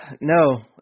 no